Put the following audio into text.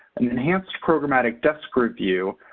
an enhanced programmatic desk review,